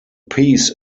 peace